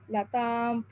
Latam